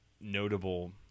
notable